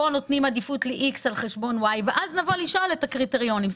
כאן נותנים עדיפות לאיקס על חשבון ואי ואז נבוא לשאול את הקריטריונים.